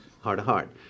Heart-to-heart